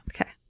Okay